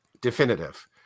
Definitive